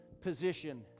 position